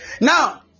Now